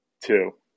Two